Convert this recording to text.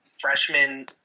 freshman